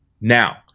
Now